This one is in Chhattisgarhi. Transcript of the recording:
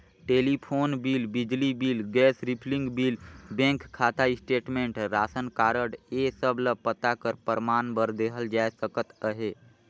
टेलीफोन बिल, बिजली bill, gas refilling bill, bank खाता स्टेटमेंट, रासन कारड ए सब ल पता कर परमान बर देहल जाए सकत अहे